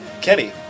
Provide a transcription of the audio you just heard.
Kenny